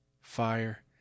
fire